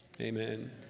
amen